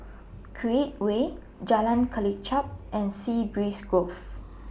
Create Way Jalan Kelichap and Sea Breeze Grove